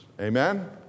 Amen